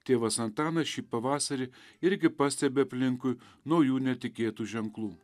tėvas antanas šį pavasarį irgi pastebi aplinkui naujų netikėtų ženklų